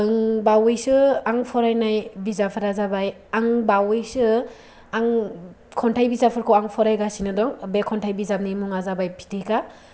ओं बावैसो आं फरायनाय बिजाबफोरा जाबाय आं बावैसो आं खन्थाइ बिजाबफोरखौ आं फरायगासिनो दं बे खऩ्थाइ बिजाबनि मुङा जाबाय फिथिखा